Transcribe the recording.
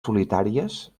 solitàries